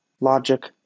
logic